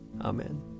Amen